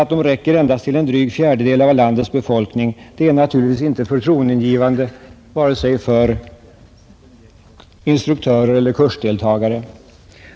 Att den svenska industrins tillverkningskapacitet härvidlag spelar en viss roll är väl bekant liksom att vissa ingående komponenter importeras, t.ex. det aktiva kolet. Det senare bör beaktas ur beredskapssynpunkt.